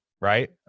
right